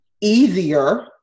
easier